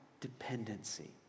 dependency